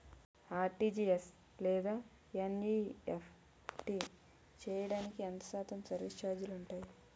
RTGS లేదా NEFT చేయడానికి ఎంత శాతం సర్విస్ ఛార్జీలు ఉంటాయి?